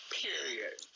period